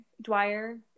Dwyer